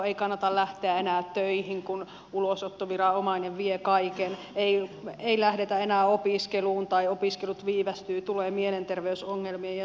ei kannata lähteä enää töihin kun ulosottoviranomainen vie kaiken ei lähdetä enää opiskeluun tai opiskelut viivästyvät tulee mielenterveysongelmia ja syrjäytymistä